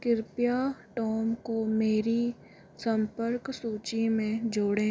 कृपया टॉम को मेरी संपर्क सूची में जोड़ें